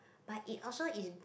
but it also is